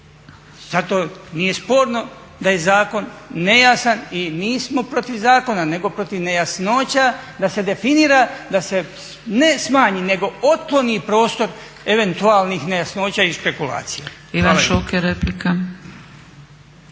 Zato nije sporno da je zakon nejasan i nismo protiv zakona, nego protiv nejasnoća da se definira, da se ne smanji, nego otkloni prostor eventualnih nejasnoća i špekulacija.